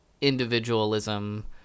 individualism